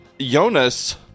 Jonas